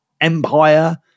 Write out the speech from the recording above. Empire